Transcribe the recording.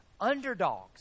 underdogs